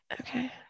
okay